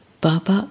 Baba